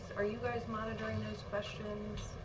are you guys monitoring those questions,